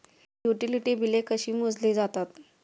Utility बिले कशी मोजली जातात?